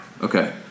Okay